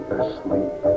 asleep